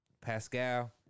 Pascal